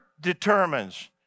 determines